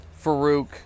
Farouk